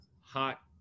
hot